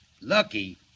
Lucky